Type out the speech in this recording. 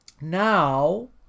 Now